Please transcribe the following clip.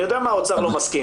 אני יודע מה האוצר לא מסכים.